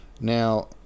Now